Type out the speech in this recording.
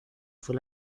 fue